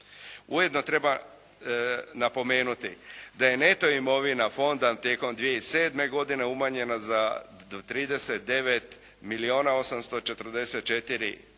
Ujedno treba napomenuti da je neto imovina fonda tijekom 2007. godine umanjena za 39 milijuna 844 tisuće